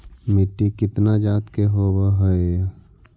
मिट्टी कितना जात के होब हय?